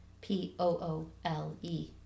P-O-O-L-E